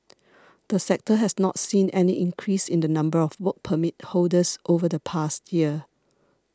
the sector has not seen any increase in the number of Work Permit holders over the past year